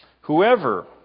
Whoever